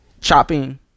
Chopping